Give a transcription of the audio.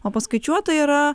o paskaičiuota yra